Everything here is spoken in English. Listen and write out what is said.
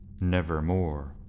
nevermore